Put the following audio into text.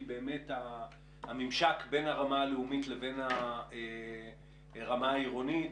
באמת הממשק בין הרמה הלאומית לבין הרמה העירונית,